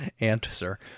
Answer